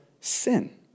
sin